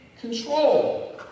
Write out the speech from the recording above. control